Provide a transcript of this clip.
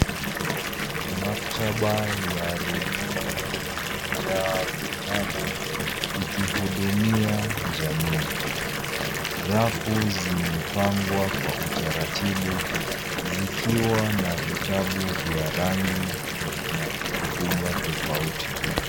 Maktaba ya rununu imejaa vitabu ikihudumia jamii. Rafu zimepangwa kwa utaratibu zikiwa na vitabu vya rangi na ukubwa tofauti.